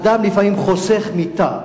אדם לפעמים חוסך מיטה,